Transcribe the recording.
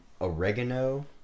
oregano